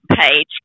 page